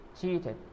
cheated